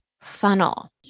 funnel